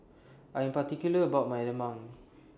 I Am particular about My Lemang